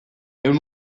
ehun